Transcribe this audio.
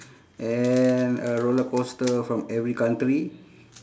and a roller coaster from every country